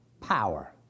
power